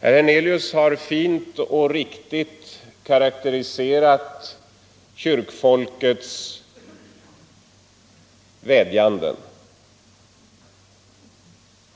Herr Hernelius har fint och riktigt karakteriserat kyrkfolkets vädjanden.